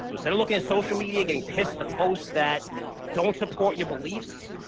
so instead of looking at social media, getting pissed at the posts that don't support your beliefs,